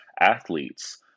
athletes